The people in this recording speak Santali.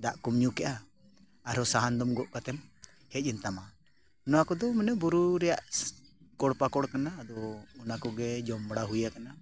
ᱫᱟᱜ ᱠᱚᱢ ᱧᱩ ᱠᱮᱜᱼᱟ ᱟᱨᱦᱚᱸ ᱥᱟᱦᱟᱱ ᱫᱚ ᱜᱚᱫ ᱠᱟᱛᱮᱢ ᱦᱮᱡ ᱮᱱ ᱛᱟᱢᱟ ᱱᱚᱣᱟ ᱠᱚᱫᱚ ᱢᱟᱱᱮ ᱵᱩᱨᱩ ᱨᱮᱭᱟᱜ ᱯᱷᱚᱞ ᱯᱟᱠᱚᱲ ᱠᱟᱱᱟ ᱟᱫᱚ ᱚᱱᱟ ᱠᱚᱜᱮ ᱡᱚᱢ ᱵᱟᱲᱟ ᱦᱩᱭ ᱟᱠᱟᱱᱟ